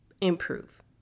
improve